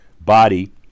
body